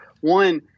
One